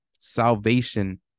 salvation